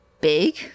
big